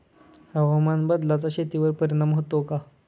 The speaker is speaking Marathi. हवामान बदलाचा शेतीवर परिणाम होतो का?